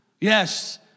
Yes